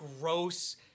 gross